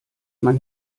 man